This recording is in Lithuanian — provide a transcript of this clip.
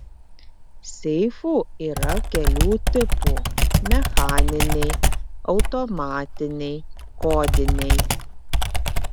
seifų yra kelių tipų mechaniniai automatiniai kodiniai